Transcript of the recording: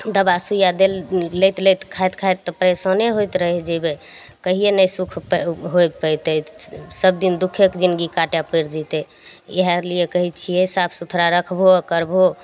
दवाइ सुइया देल लेइत लेइत खाइत खाइत तऽ परेशाने होइत रैहि जेबै कहिए नहि सुख पे होए पैतै सब दिन दुक्खेके जिन्दगी काटै पैड़ जेतै इहा लिए कहै छियै साफ सुथड़ा रखबहो करबहो